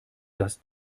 dass